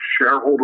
shareholder